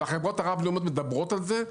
והחברות הרב לאומיות מדברות על זה.